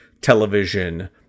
television